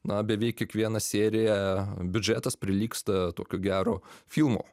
na beveik kiekviena serija biudžetas prilygsta tokio gero filmo